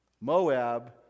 Moab